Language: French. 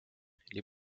les